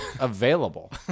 Available